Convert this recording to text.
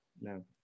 No